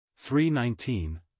319